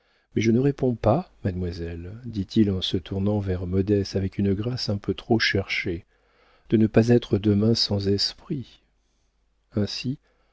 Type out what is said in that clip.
mais je ne réponds pas mademoiselle dit-il en se tournant vers modeste avec une grâce un peu trop cherchée de ne pas être demain sans esprit ainsi